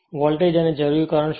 voltage અને જરૂરી current શોધો